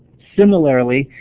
similarly,